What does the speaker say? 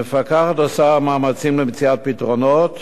המפקחת עושה מאמצים למציאת פתרונות